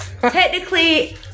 Technically